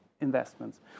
investments